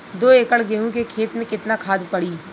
दो एकड़ गेहूँ के खेत मे केतना खाद पड़ी?